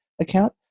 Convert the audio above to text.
account